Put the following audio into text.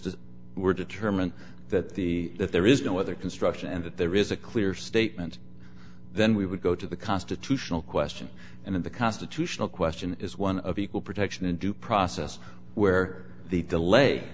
to were determined that the that there is no other construction and that there is a clear statement then we would go to the constitutional question and the constitutional question is one of equal protection and due process where the delay